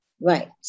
right